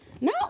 No